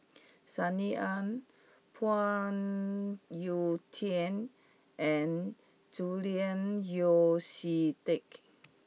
Sunny Ang Phoon Yew Tien and Julian Yeo See Teck